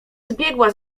zbiegła